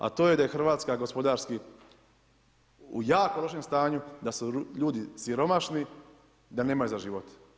A to je da je Hrvatska gospodarski u jako lošem stanju, da su ljudi siromašni, da nemaju za život.